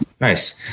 Nice